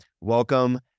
welcome